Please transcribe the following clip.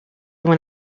when